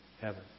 heaven